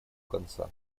конца